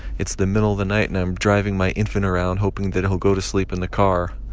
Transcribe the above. it's the middle of the night, and i'm driving my infant around, hoping that he'll go to sleep in the car.